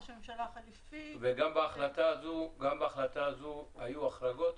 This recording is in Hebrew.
ראש הממשלה החליפי --- וגם בהחלטה הזו היו החרגות?